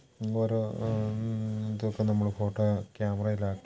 ഓരോ ഇതൊക്കെ നമ്മുടെ ഫോട്ടോയോ ക്യാമറയിലാക്കി